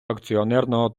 акціонерного